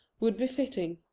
would be fitting.